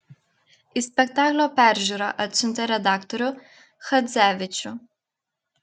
į spektaklio peržiūrą atsiuntė redaktorių chadzevičių